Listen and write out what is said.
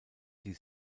die